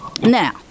Now